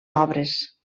obres